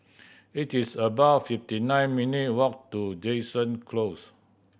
it is about fifty nine minute walk to Jansen Close